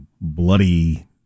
bloody